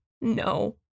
no